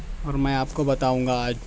اور میں آپ کو بتاؤں گا آج